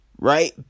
Right